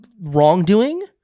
wrongdoing